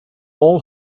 all